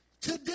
Today